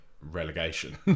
relegation